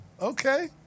Okay